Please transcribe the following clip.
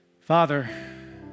Father